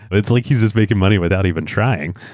it's like he's just making money without even trying.